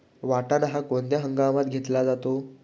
वाटाणा हा कोणत्या हंगामात घेतला जातो?